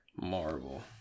Marvel